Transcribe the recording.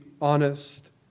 honest